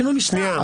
שינוי משטר.